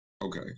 Okay